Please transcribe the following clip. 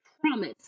promise